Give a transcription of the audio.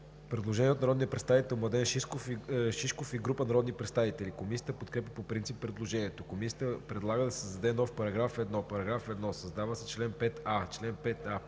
предложение от народния представител Младен Шишков и група народни представители. Комисията подкрепя по принцип предложението. Комисията предлага да се създаде нов § 1: „§ 1. Създава се чл. 5а: „Чл. 5а.